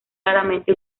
raramente